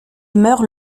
meurt